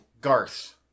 Garth